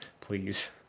Please